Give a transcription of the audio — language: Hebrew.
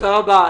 תודה רבה.